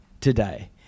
today